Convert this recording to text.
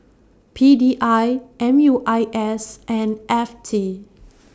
P D I M U I S and F T